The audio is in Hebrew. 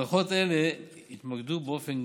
הדרכות אלו התמקדו באופן